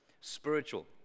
spiritual